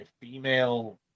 female